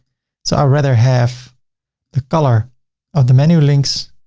so i'd rather have the color of the menu links